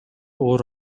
оор